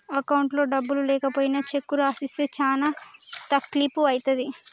అకౌంట్లో డబ్బులు లేకపోయినా చెక్కు రాసిస్తే చానా తక్లీపు ఐతది